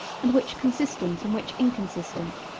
and which consistent and which inconsistent,